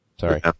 Sorry